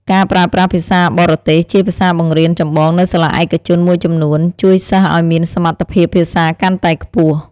ការប្រើប្រាស់ភាសាបរទេស ជាភាសាបង្រៀនចម្បងនៅសាលាឯកជនមួយចំនួន ជួយសិស្សឱ្យមានសមត្ថភាពភាសាកាន់តែខ្ពស់។